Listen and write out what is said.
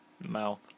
mouth